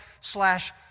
slash